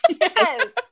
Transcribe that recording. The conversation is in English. Yes